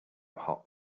hot